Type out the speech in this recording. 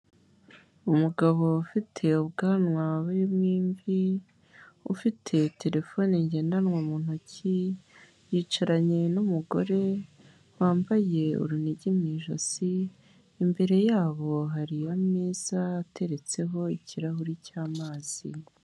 Umugabo ufite ubwanwa burimo imvi, ufite telefone ngendanwa mu ntoki, yicaranye n'umugore wambaye urunigi mu ijosi, imbere yabo hariyo ameza ateretseho ikirahuri cy'amazi.